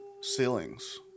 ceilings